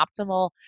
optimal